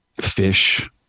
fish